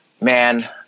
Man